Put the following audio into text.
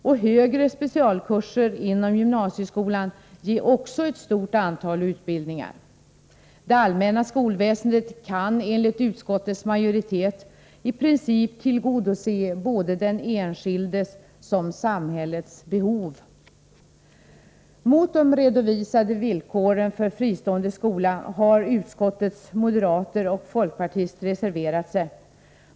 Också högre specialkurser inom gymnasieskolan ger ett stort antal utbildningar. Det allmänna skolväsendet kan, enligt utskottets majoritet, i princip tillgodose såväl den enskildes som samhällets behov. Mot de redovisade villkoren för fristående skola har utskottets moderater och folkpartist reserverat sig.